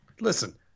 Listen